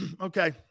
okay